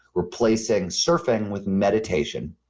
replacing surfing with meditation.